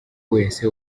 wese